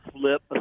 flip